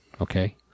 Okay